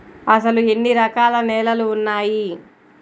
అసలు ఎన్ని రకాల నేలలు వున్నాయి?